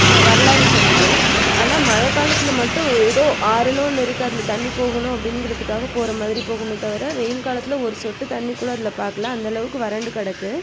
வரலாறு சொல்லுது ஆனால் மழை காலத்தில் மட்டும் ஏதோ ஆறுன்னு ஒன்று இருக்கு அதில் தண்ணி போகணும் அப்படின்ங்கிறதுக்காக போகறமாதிரி போகுமே தவிர வெயில் காலத்தில் ஒரு சொட்டு தண்ணி கூட அதில் பார்க்கல அந்தளவுக்கு வறண்டு கிடக்கு